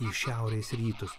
į šiaurės rytus